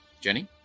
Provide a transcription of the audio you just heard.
Jenny